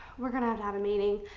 we're gonna have to have a meeting.